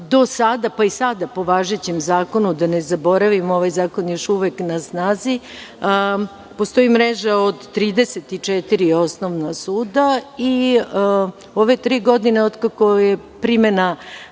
sada, pa i sada po važećem zakonu, da ne zaboravim, ovaj zakon je još uvek na snazi, postoji mreža od 34 osnovna suda. Ove tri godine od kako je primena